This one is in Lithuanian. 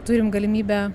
turim galimybę